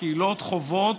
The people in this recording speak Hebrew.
הקהילות חוות